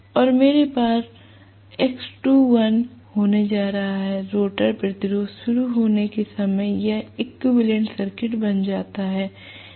और मेरे पास X2l होने जा रहा हूं2 रोटर प्रतिरोध शुरू होने के समय यह इक्विवेलेंट सर्किट बन जाता है